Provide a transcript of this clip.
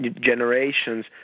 generations